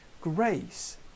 grace